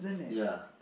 ya